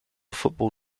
football